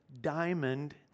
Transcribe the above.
diamond